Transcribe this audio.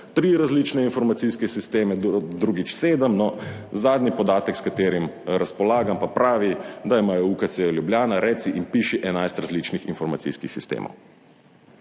tri različne informacijske sisteme, drugič sedem, no, zadnji podatek, s katerim razpolagam, pa pravi, da imajo UKC Ljubljana reci in piši, enajst različnih informacijskih sistemov.